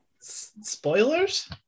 Spoilers